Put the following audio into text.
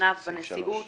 נוספת באותו היום,